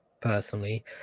personally